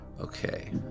Okay